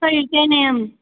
sorry ten A M